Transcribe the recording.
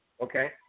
Okay